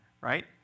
right